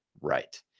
right